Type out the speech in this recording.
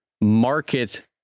market